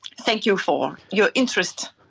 thank you for your interest.